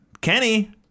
Kenny